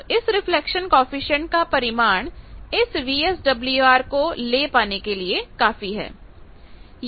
तो इस reflection coefficient का परिमाण इस VSWR को ले पाने के लिए काफी है